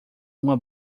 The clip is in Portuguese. uma